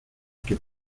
que